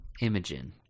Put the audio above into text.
Imogen